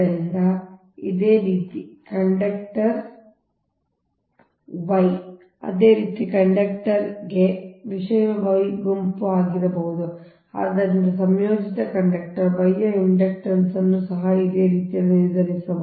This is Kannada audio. ಆದ್ದರಿಂದ ಇದೇ ರೀತಿ ಕಂಡಕ್ಟರ್ y ಅದೇ ರೀತಿ ಕಂಡಕ್ಟರ್ಗೆ ಈ ವಿಷಯ Y ಗುಂಪು ಆಗಿರಬಹುದು ಆದ್ದರಿಂದ ಸಂಯೋಜಿತ ಕಂಡಕ್ಟರ್ Y ಯ ಇಂಡಕ್ಟನ್ಸ್ ಅನ್ನು ಸಹ ಇದೇ ರೀತಿಯಲ್ಲಿ ನಿರ್ಧರಿಸಬಹುದು